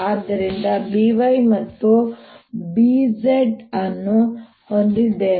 ಆದ್ದರಿಂದ ನಾನು B y ಮತ್ತು B z ಅನ್ನು ಹೊಂದಿದ್ದೇನೆ